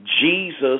Jesus